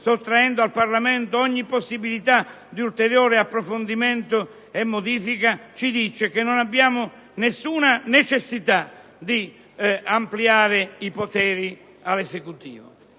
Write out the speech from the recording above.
sottraendo al Parlamento ogni possibilità di ulteriore approfondimento e modifica, ci dice che non abbiamo nessuna necessità di ampliare i poteri dell'Esecutivo.